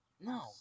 No